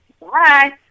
Bye